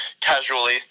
casually